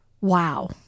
wow